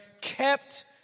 kept